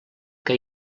que